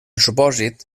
supòsit